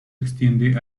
extiende